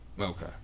Okay